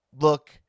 look